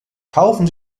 kaufen